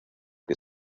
que